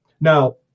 now